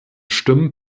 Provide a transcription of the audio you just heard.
stimmen